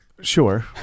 sure